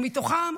ומתוכם